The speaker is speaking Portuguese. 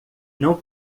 não